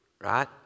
Right